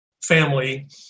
family